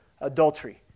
adultery